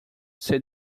said